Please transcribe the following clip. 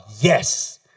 Yes